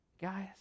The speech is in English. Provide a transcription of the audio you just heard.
Guys